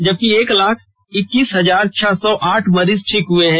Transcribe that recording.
जबकि एक लाख इक्सीस हजार छह सौ आठ मरीज ठीक हुए हैं